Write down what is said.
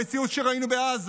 המציאות שראינו בעזה,